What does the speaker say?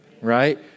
Right